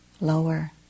lower